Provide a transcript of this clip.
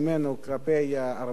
כלפי ערביי ישראל,